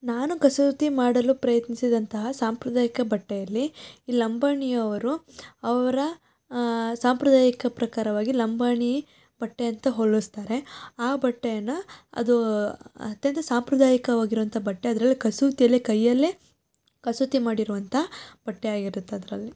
ನಾನು ಕಸೂತಿ ಮಾಡಲು ಪ್ರಯತ್ನಿಸಿದಂತಹ ಸಾಂಪ್ರದಾಯಿಕ ಬಟ್ಟೆಯಲ್ಲಿ ಈ ಲಂಬಾಣಿಯವರು ಅವರ ಸಾಂಪ್ರದಾಯಿಕ ಪ್ರಕಾರವಾಗಿ ಲಂಬಾಣಿ ಬಟ್ಟೆ ಅಂತ ಹೊಲಿಸ್ತಾರೆ ಆ ಬಟ್ಟೆಯನ್ನು ಅದು ಅತ್ಯಂತ ಸಾಂಪ್ರದಾಯಿಕವಾಗಿರುವಂಥ ಬಟ್ಟೆ ಅದ್ರಲ್ಲಿ ಕಸೂತಿಯಲ್ಲೆ ಕೈಯಲ್ಲೇ ಕಸೂತಿ ಮಾಡಿರುವಂಥ ಬಟ್ಟೆಯಾಗಿರುತ್ತೆ ಅದರಲ್ಲಿ